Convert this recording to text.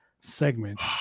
segment